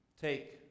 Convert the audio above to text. Take